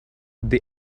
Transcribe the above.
the